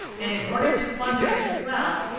and in order to plunder its wealth,